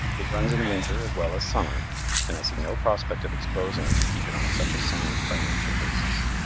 it runs in winter as well as summer and i see no prospect of its closing if you keep it on such a sound financial basis.